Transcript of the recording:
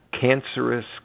cancerous